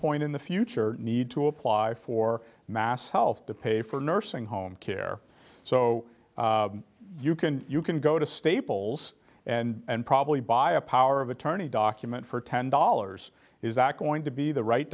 point in the future need to apply for mass health to pay for nursing home care so you can you can go to staples and probably buy a power of attorney document for ten dollars is that going to be the right